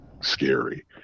scary